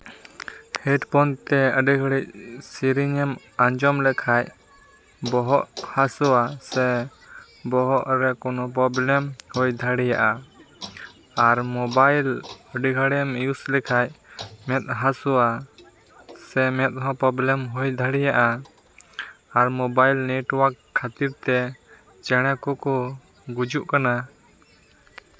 headphone ᱛᱮ ᱟᱹᱰᱤ ᱜᱷᱟᱹᱲᱤᱡ ᱥᱮᱨᱮᱧ ᱮᱢ ᱟᱸᱡᱚᱢ ᱞᱮᱠᱷᱟᱡ ᱵᱚᱦᱚᱜ ᱦᱟᱥᱩᱣᱟ ᱥᱮ ᱵᱚᱦᱚᱜ ᱨᱮ ᱠᱳᱱᱳ ᱯᱨᱚᱵᱞᱮᱢ ᱦᱳᱭ ᱫᱟᱲᱮᱭᱟᱜᱼᱟ ᱟᱨ ᱢᱳᱵᱟᱭᱤᱞ ᱟᱹᱰᱤ ᱜᱷᱟᱹᱲᱤᱡ ᱮᱢ ᱭᱩᱥ ᱞᱮᱠᱷᱟᱡ ᱢᱮᱫ ᱦᱟᱹᱥᱩᱣᱟ ᱥᱮ ᱢᱮᱫ ᱦᱚᱸ ᱯᱨᱚᱵᱞᱮᱢ ᱦᱩᱭ ᱫᱟᱲᱮᱭᱟᱜᱼᱟ ᱟᱨ ᱢᱳᱵᱟᱭᱤᱞ ᱱᱮᱴᱣᱟᱨᱠ ᱠᱷᱟᱹᱛᱤᱨ ᱛᱮ ᱪᱮᱬᱮ ᱠᱚᱠᱚ ᱜᱩᱡᱩᱜ ᱠᱟᱱᱟ